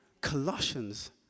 Colossians